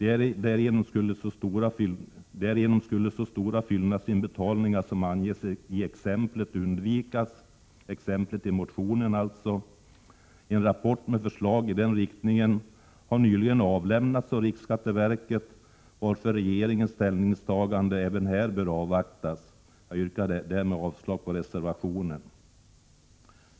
Därigenom skulle så stora fyllnadsinbetalningar som anges i exemplet i motionen undvikas. En rapport med förslag i den riktningen har nyligen avlämnats av riksskatteverket, varför regeringens ställningstagande i frågan bör avvaktas. Jag yrkar härmed avslag på reservationen.